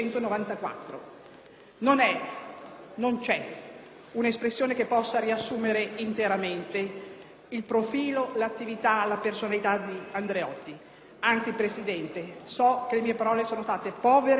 194. Non c'è un'espressione che possa riassumere interamente il profilo, l'attività, la personalità di Andreotti. Anzi, Presidente, so che le mie parole sono state povere e insufficienti